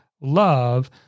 love